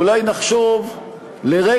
אולי נחשוב לרגע,